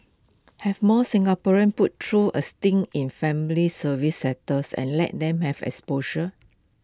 have more Singaporeans put through A stint in family service sectors and let them have exposure